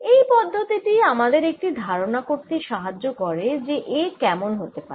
এই পদ্ধতি টি আমাদের একটি ধারনা করতে সাহায্য করে যে A কেমন হতে পারে